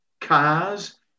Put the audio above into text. cars